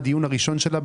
לדיון הראשון שלה,